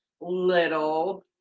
little